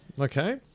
okay